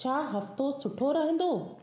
छा हफ़्तो सुठो रहंदो